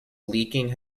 leaking